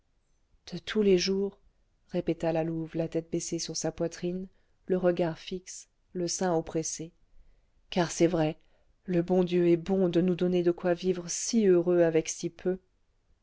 de tous les jours répéta la louve la tête baissée sur sa poitrine le regard fixe le sein oppressé car c'est vrai le bon dieu est bon de nous donner de quoi vivre si heureux avec si peu